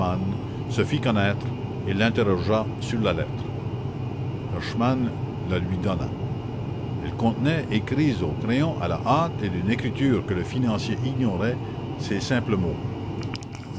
se fît connaître et l'interrogea sur la lettre herschmann la lui donna elle contenait écrits au crayon à la hâte et d'une écriture que le financier ignorait ces simples mots